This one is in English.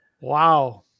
Wow